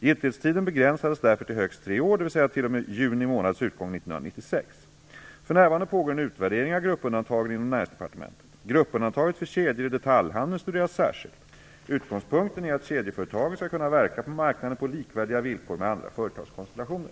Giltighetstiden begränsades därför till högst tre år, dvs. t.o.m. För närvarande pågår en utvärdering av gruppundantagen inom Näringsdepartementet. Gruppundantaget för kedjor i detaljhandeln studeras särskilt. Utgångspunkten är att kedjeföretagen skall kunna verka på marknaden på likvärdiga villkor med andra företagskonstellationer.